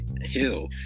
Hill